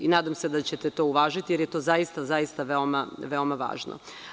Nadam se da ćete to uvažiti, jer je to zaista veoma važno.